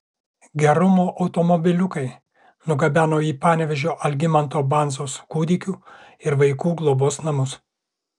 gerumo automobiliukai nugabeno į panevėžio algimanto bandzos kūdikių ir vaikų globos namus